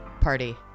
Party